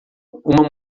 uma